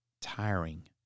tiring